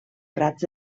prats